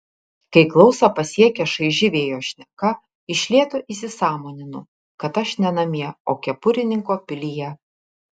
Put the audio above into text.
kai klausą pasiekia šaiži vėjo šneka iš lėto įsisąmoninu kad aš ne namie o kepurininko pilyje